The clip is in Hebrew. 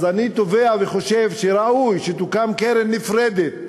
אז אני תובע וחושב שראוי שתוקם קרן נפרדת